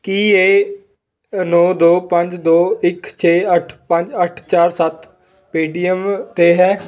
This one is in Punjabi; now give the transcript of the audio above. ਕੀ ਇਹ ਅ ਨੌਂ ਦੋ ਪੰਜ ਦੋ ਇੱਕ ਛੇ ਅੱਠ ਪੰਜ ਅੱਠ ਚਾਰ ਸੱਤ ਪੇਟੀਐੱਮ 'ਤੇ ਹੈ